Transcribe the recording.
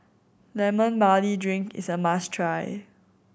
Lemon Barley Drink is a must try